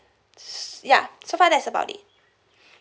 see~ yeah so far that's about it